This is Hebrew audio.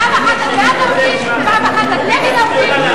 פעם אחת את בעד העובדים, פעם אחת את נגד העובדים.